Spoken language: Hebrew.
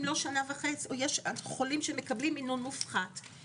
לא שנה וחצי יש חולים שמקבלים מינון מופחת,